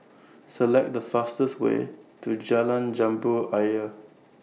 Select The fastest Way to Jalan Jambu Ayer